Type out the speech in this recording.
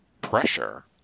pressure